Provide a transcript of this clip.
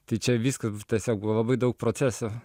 tai čia viskas tiesiog buvo labai daug proceso